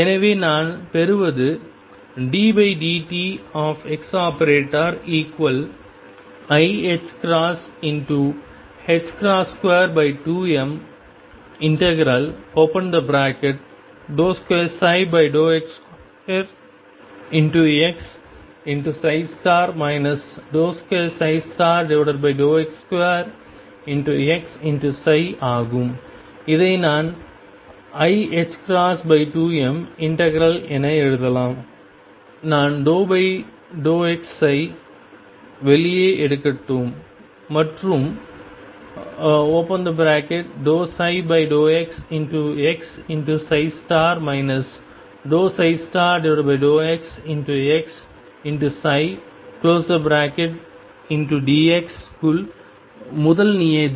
எனவே நான் பெறுவது ddt⟨x⟩i22m ∫2x2x 2x2xψ ஆகும் இதை நான் iℏ2m∫ என எழுதலாம் நான் ∂xஐ வெளியே எடுக்கட்டும் மற்றும் ∂ψ∂xx ∂xxψdx க்குள் முதல் நியதி